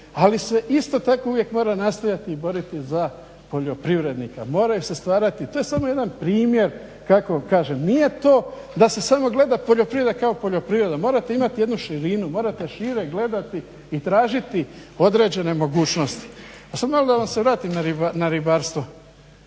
Ali se isto tako uvijek mora nastojati boriti za poljoprivrednika, mora im se stvarati. To je samo jedan primjer kako kažem, nije to da se samo gleda poljoprivreda kao poljoprivreda. Morate imati jednu širinu, morate šire gledati i tražiti određene mogućnosti. A sad malo da vam se vratim na ribarstvo.